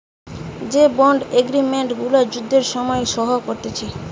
যে bond agreement গুলা যুদ্ধের সময় সই করতিছে